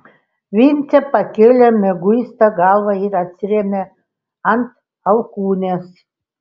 vincė pakėlė mieguistą galvą ir atsirėmė ant alkūnės